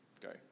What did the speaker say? Go